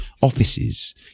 offices